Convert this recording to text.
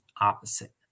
opposite